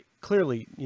clearly